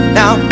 now